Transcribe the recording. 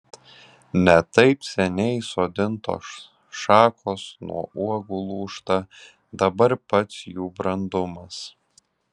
ne taip seniai sodintos šakos nuo uogų lūžta dabar pats jų brandumas